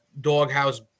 doghouse